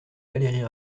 valérie